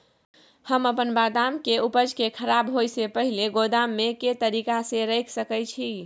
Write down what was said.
हम अपन बदाम के उपज के खराब होय से पहिल गोदाम में के तरीका से रैख सके छी?